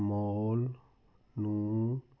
mall ਨੂੰ